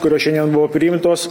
kurios šiandien buvo priimtos